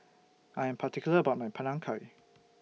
I Am particular about My Panang Curry